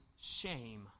shame